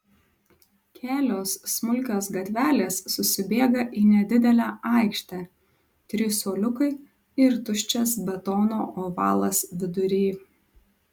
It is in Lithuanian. kelios smulkios gatvelės susibėga į nedidelę aikštę trys suoliukai ir tuščias betono ovalas vidury